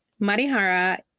Marihara